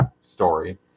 story